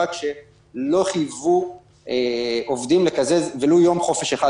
כאשר לא חייבו עובדים לקזז ולו יום חופש אחד